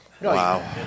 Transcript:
Wow